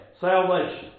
salvation